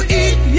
eat